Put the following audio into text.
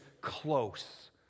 close